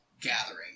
gathering